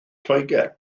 lloegr